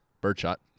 Birdshot